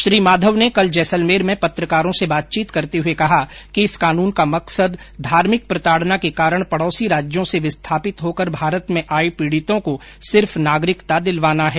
श्री माधव ने कल जैसलमेर में पत्रकारों से बातचीत करते हुए कहा कि इस कानून का मकसद धार्भिक प्रताड़ना के कारण पड़ौसी राज्यों से विस्थापित होकर भारत में आये पीड़ितों को सिर्फ नागरिकता दिलवाना है